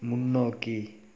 முன்னோக்கி